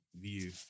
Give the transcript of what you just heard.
view